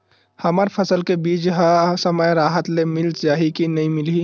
हमर फसल के बीज ह समय राहत ले मिल जाही के नी मिलही?